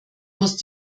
muss